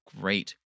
great